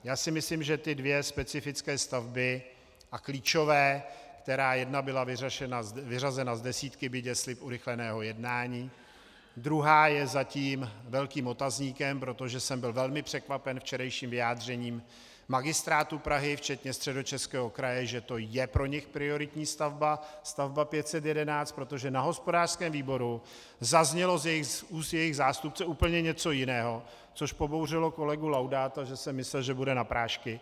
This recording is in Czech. Já si myslím, že ty dvě specifické a klíčové stavby, která jedna byla vyřazena z desítky urychleného jednání, druhá je zatím velkým otazníkem, protože jsem byl velmi překvapen včerejším vyjádřením Magistrátu Prahy včetně Středočeského kraje, že to je pro ně prioritní stavba, stavba 511, protože na hospodářském výboru zaznělo z úst jejich zástupce úplně něco jiného, což pobouřilo kolegu Laudáta, že jsem myslel, že bude na prášky.